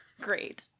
Great